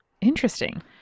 Interesting